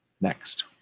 Next